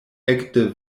ekde